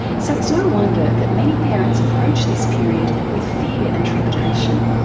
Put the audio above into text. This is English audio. so it's no wonder that many parents approach this period with fear and trepidation.